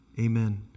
Amen